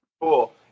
cool